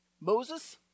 Moses